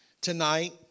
Tonight